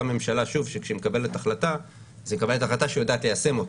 הממשלה שכשהיא מקבלת החלטה אז היא מקבלת החלטה שהיא יודעת ליישם.